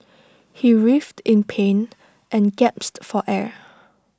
he writhed in pain and gasped for air